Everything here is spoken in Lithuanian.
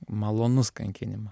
malonus kankinimas